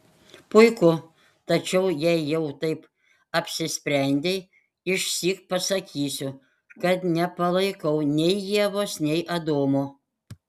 puiku tačiau jei jau taip apsisprendei išsyk pasakysiu kad nepalaikau nei ievos nei adomo